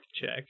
check